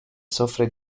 soffre